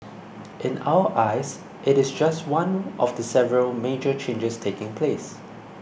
in our eyes it is just one of the several major changes taking place